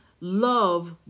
Love